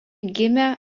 gimė